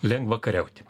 lengva kariauti